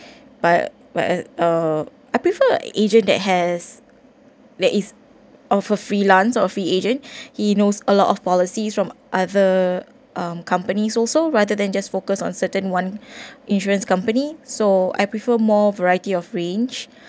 but where ah I prefer agent that has that is of a freelance or free agent he knows a lot of policies from other um companies also rather than just focused on certain one insurance company so I prefer more variety of range